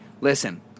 Listen